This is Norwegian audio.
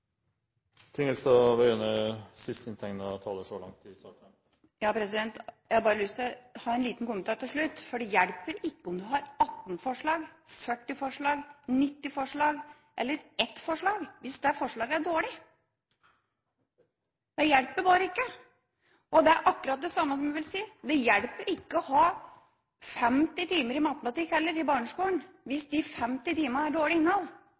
bare å ha en liten kommentar til slutt. Det hjelper ikke om en har 18 forslag, 40 forslag, 90 forslag eller 1 forslag – hvis forslagene er dårlige. Det hjelper ikke. Det er akkurat det samme som å si: Det hjelper heller ikke å ha 50 timer i matematikk i barneskolen hvis de 50 timene har dårlig innhold.